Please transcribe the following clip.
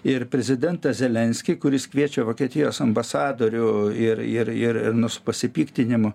ir prezidentą zelenskį kuris kviečia vokietijos ambasadorių ir ir ir nu su pasipiktinimu